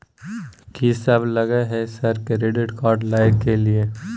कि सब लगय हय सर क्रेडिट कार्ड लय के लिए?